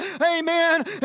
amen